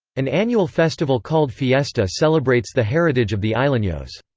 an annual festival called fiesta celebrates the heritage of the islenos.